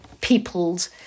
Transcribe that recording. peopled